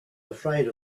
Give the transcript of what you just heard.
afraid